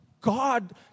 God